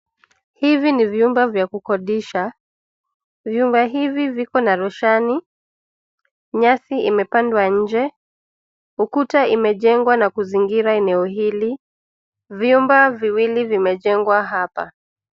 Hivi ni vyumbe vya kukodisha. Vyumba hivi viko na roshani. Nyasi imepandwa nje. Ukuta imejengwa na kuzingira eneo hili. Vyumba viwili vimejengwa hapa.